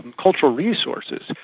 cultural resources,